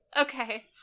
Okay